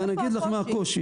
אני אגיד לך מה הקושי.